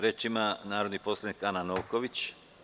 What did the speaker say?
Reč ima narodni poslanik Ana Novković.